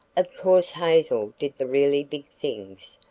of course hazel did the really big things,